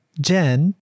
Jen